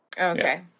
Okay